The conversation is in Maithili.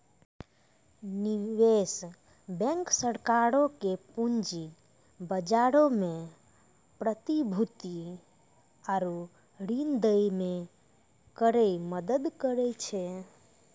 निवेश बैंक सरकारो के पूंजी बजारो मे प्रतिभूति आरु ऋण दै मे करै मदद करै छै